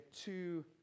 two